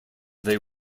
they